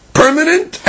permanent